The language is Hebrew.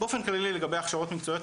באופן כללי לגבי הכשרות מקצועיות,